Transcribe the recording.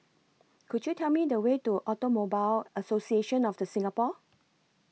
Could YOU Tell Me The Way to Automobile Association of The Singapore